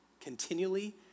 Continually